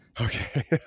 Okay